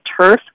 turf